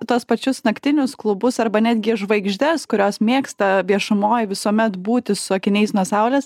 tuos pačius naktinius klubus arba netgi žvaigždes kurios mėgsta viešumoj visuomet būti su akiniais nuo saulės